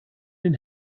den